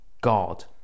god